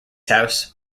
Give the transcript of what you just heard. house